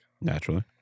Naturally